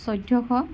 চৈধ্যশ